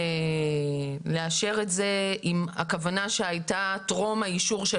לאשר את זה עם הכוונה שהייתה טרם האישור.